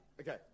Okay